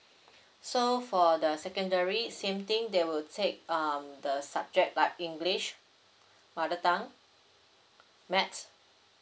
so for the secondary same thing they will take um the subject like english mother tongue maths